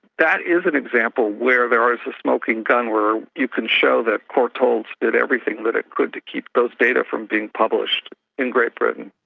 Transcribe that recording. that is an example where there was a smoking gun where you can show that courtaulds did everything that ah could to keep those data from being published in great britain.